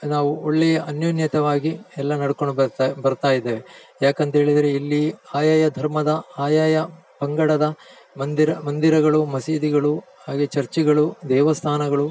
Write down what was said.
ನಾವು ಒಳ್ಳೆಯ ಅನ್ಯೋನ್ಯವಾಗಿ ಎಲ್ಲ ನಡ್ಕೊಂಡು ಬರ್ತಾಯಿದ್ದೇವೆ ಯಾಕಂತ ಹೇಳಿದ್ರೆ ಇಲ್ಲಿ ಆಯಾಯ ಧರ್ಮದ ಆಯಾಯ ಪಂಗಡದ ಮಂದಿರ ಮಂದಿರಗಳು ಮಸೀದಿಗಳು ಹಾಗೇ ಚರ್ಚಿಗಳು ದೇವಸ್ಥಾನಗಳು